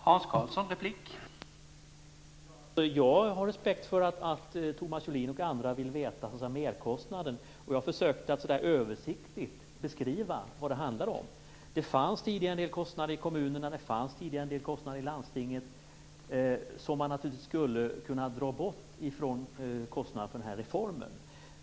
Herr talman! Jag har respekt för att Thomas Julin och andra vill veta vilken merkostnaden blir, och jag försökte översiktligt beskriva vad det handlar om. Det fanns tidigare en del kostader i kommunerna och landstingen som man naturligtvis skulle kunna dra bort från kostnaderna för den här reformen.